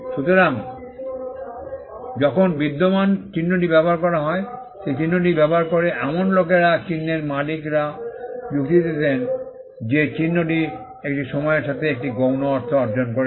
সুতরাং যখন বিদ্যমান চিহ্নটি ব্যবহার করা হয় সেই চিহ্নটি ব্যবহার করে এমন লোকেরা চিহ্নের মালিকরা যুক্তি দিতেন যে চিহ্নটি একটি সময়ের সাথে একটি গৌণ অর্থ অর্জন করেছে